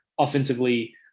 offensively